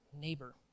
neighbor